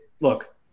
look